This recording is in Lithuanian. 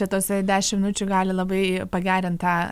tai tos dešim minučių gali labai pagerint tą